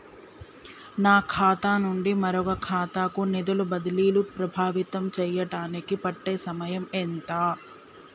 ఒక ఖాతా నుండి మరొక ఖాతా కు నిధులు బదిలీలు ప్రభావితం చేయటానికి పట్టే సమయం ఎంత?